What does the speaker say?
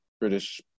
British